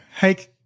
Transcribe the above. Hey